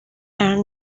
are